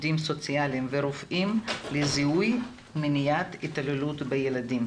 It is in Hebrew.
עובדים סוציאליים ורופאים לזיהוי ומניעת התעללות בילדים.